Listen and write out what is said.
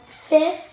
fifth